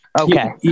okay